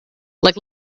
like